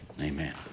Amen